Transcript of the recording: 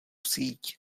síť